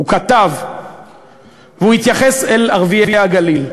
הוא כתב והוא התייחס אל ערביי הגליל: